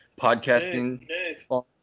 podcasting